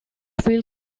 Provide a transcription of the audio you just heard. will